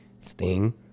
sting